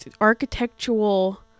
architectural